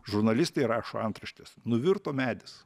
žurnalistai rašo antraštes nuvirto medis